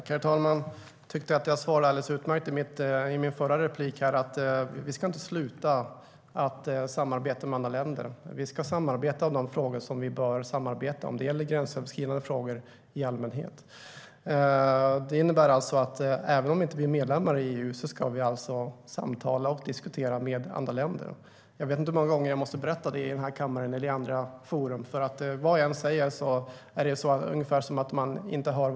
Herr talman! Jag tyckte att jag svarade alldeles utmärkt i min förra replik. Vi ska inte sluta samarbeta med andra länder. Vi ska samarbeta om de frågor som vi bör samarbeta om. Det gäller gränsöverskridande frågor i allmänhet. Även om vi inte är medlemmar i EU ska vi alltså samtala och diskutera med andra länder. Jag vet inte hur många gånger jag måste berätta det i den här kammaren och andra forum. Vad jag än säger är det som att man inte hör.